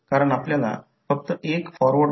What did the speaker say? म्हणून mutual voltage M d i1 dt आहे